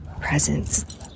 presence